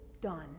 done